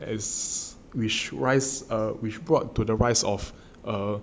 is which rise err which brought to the rise of err